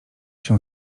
się